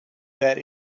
that